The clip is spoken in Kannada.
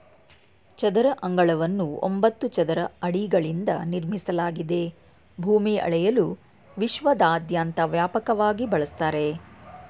ಚದರ ಅಂಗಳವನ್ನು ಒಂಬತ್ತು ಚದರ ಅಡಿಗಳಿಂದ ನಿರ್ಮಿಸಲಾಗಿದೆ ಭೂಮಿ ಅಳೆಯಲು ವಿಶ್ವದಾದ್ಯಂತ ವ್ಯಾಪಕವಾಗಿ ಬಳಸ್ತರೆ